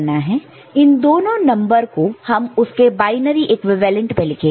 इन दोनों नंबर को हम उसके बायनरी इक्विवेलेंट में लिखेंगे